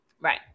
Right